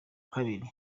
kabiri